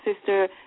Sister